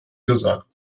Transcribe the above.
gesagt